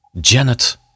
Janet